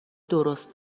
درست